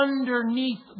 underneath